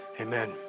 amen